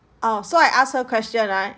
oh so I ask her question right